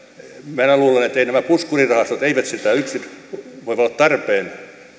minä luulen etteivät nämä puskurirahastot sitä yksin ne voivat olla